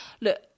Look